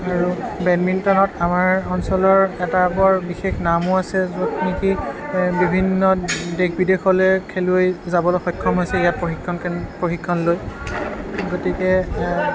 আৰু বেডমিন্টনত আমাৰ অঞ্চলৰ এটা বৰ বিশেষ নামো আছে য'ত নেকি বিভিন্ন দেশ বিদেশলৈ খেলুৱৈ যাবলৈ সক্ষম হৈছে ইয়াত প্ৰশিক্ষণকেন প্ৰশিক্ষণ লৈ গতিকে